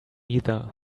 neither